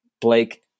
Blake